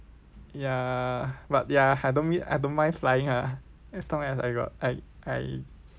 ya but ya I don't mean I don't mind flying ah as long as I got I I